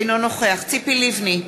אינו נוכח ציפי לבני,